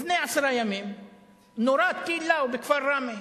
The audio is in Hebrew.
לפני עשר שנים נורה טיל "לאו" בכפר ראמה